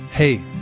Hey